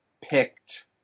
picked